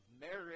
marriage